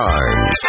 Times